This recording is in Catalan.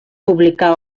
publicar